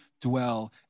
dwell